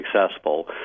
successful